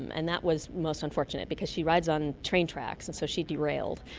and that was most unfortunate because she rides on train tracks and so she derailed,